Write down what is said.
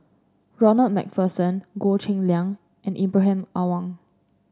Ronald MacPherson Goh Cheng Liang and Ibrahim Awang